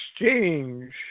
exchange